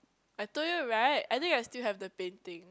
I told you right I think I still have the painting